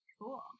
Cool